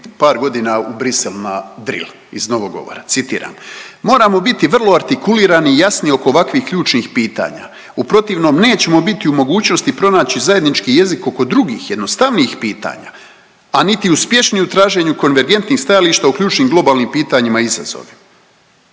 par godina u Bruxelles na dril iz novog govora. Citiram, moramo biti vrlo artikulirani i jasni oko ovakvih ključnih pitanja u protivnom nećemo biti u mogućnosti pronaći zajednički jezik oko drugih jednostavnijih pitanja, a niti uspješni u traženju konvergentnih stajališta u ključnim globalnim pitanjima i izazovima.